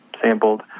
sampled